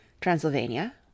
Transylvania